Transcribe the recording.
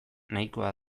nahikoa